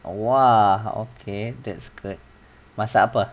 !wah! okay that's good masak apa